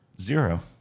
Zero